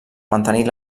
mantenir